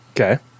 Okay